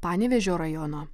panevėžio rajono